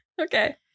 Okay